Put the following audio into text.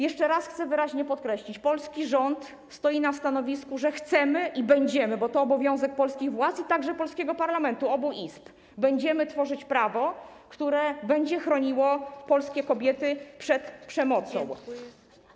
Jeszcze raz chcę wyraźnie podkreślić: polski rząd stoi na stanowisku, że chcemy i będziemy - to obowiązek polskich władz i także polskiego parlamentu, obu jego Izb - tworzyć prawo, które będzie chroniło polskie kobiety przed przemocą.